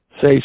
say